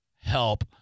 help